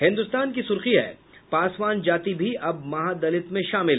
हिन्दुस्तार की सुर्खी है पासवान जाति भी अब महादलित में शामिल